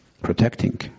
protecting